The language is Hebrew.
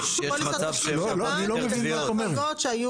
פוליסות תשלום שב"ן זה עם החרגות שהיו